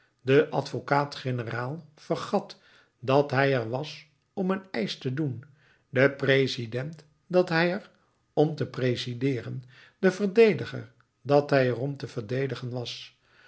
de advocaat-generaal vergat dat hij er was om een eisch te doen de president dat hij er om te presideeren de verdediger dat hij er om te verdedigen was